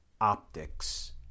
optics